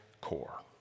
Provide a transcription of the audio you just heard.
core